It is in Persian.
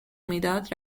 میداد